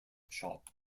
shop